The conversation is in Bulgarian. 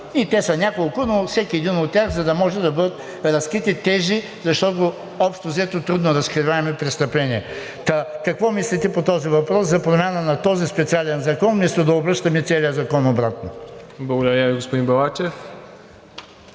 и те са няколко, но всеки един от тях, за да може да бъдат разкрити тези, защото общо взето са трудно разкриваеми престъпления. Та какво мислите по този въпрос за промяна на този специален закон, вместо да обръщаме целия закон обратно? ПРЕДСЕДАТЕЛ МИРОСЛАВ ИВАНОВ: